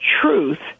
truth